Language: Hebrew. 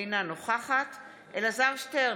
אינה נוכחת אלעזר שטרן,